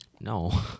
no